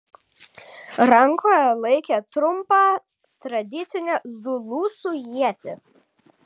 rankoje laikė trumpą tradicinę zulusų ietį